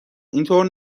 اینطور